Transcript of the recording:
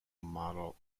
model